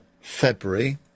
February